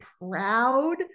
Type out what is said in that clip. proud